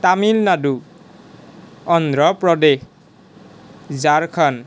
Tamil Nadu Andhra Pradesh Jharkhand